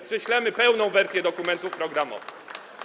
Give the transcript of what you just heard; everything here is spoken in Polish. Prześlemy pełną wersję dokumentów programowych.